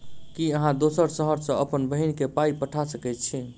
की अहाँ दोसर शहर सँ अप्पन बहिन केँ पाई पठा सकैत छी?